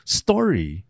story